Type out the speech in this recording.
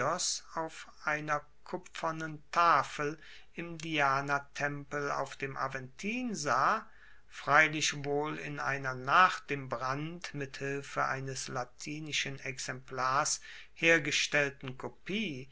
auf einer kupfernen tafel im dianatempel auf dem aventin sah freilich wohl in einer nach dem brand mit hilfe eines latinischen exemplars hergestellten kopie